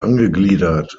angegliedert